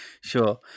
Sure